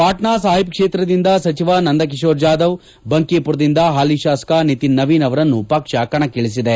ಪಾಟ್ನಾ ಸಾಹಿಬ್ ಕ್ಷೇತ್ರದಿಂದ ಸಚಿವ ನಂದಕಿಶೋರ್ ಯಾದವ್ ಬಂಕಿಪುರದಿಂದ ಹಾಲಿ ಶಾಸಕ ನಿತಿನ್ ನವೀನ್ ಅವರನ್ನು ಪಕ್ಷ ಕಣಕ್ಕಿಳಿಸಿದೆ